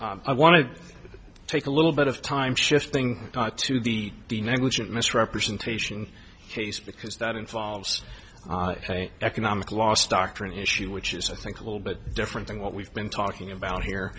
ok i want to take a little bit of time shifting to the the negligent misrepresentation case because that involves economic loss doctrine issue which is i think a little bit different than what we've been talking about here